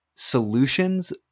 solutions